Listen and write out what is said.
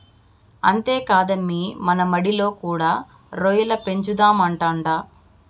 అంతేకాదమ్మీ మన మడిలో కూడా రొయ్యల పెంచుదామంటాండా